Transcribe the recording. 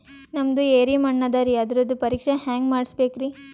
ನಮ್ದು ಎರಿ ಮಣ್ಣದರಿ, ಅದರದು ಪರೀಕ್ಷಾ ಹ್ಯಾಂಗ್ ಮಾಡಿಸ್ಬೇಕ್ರಿ?